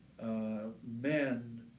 Men